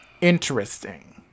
interesting